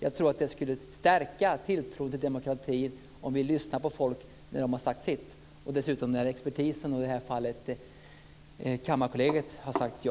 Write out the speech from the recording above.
Jag tror att det skulle stärka tilltron till demokratin om vi lyssnade på folk när de har sagt sitt och när dessutom expertisen, i det här fallet Kammarkollegiet, har sagt ja.